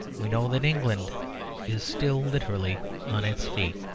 we know that england is still literally on its feet.